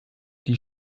die